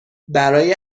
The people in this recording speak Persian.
برای